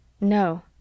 No